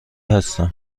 هستم